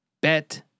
bet